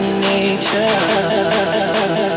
nature